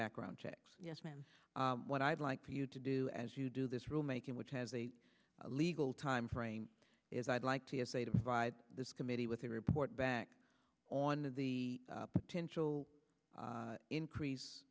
background checks yes ma'am what i'd like for you to do as you do this rule making which has a legal timeframe is i'd like to say to provide this committee with a report back on of the potential increase